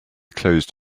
closed